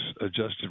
adjusted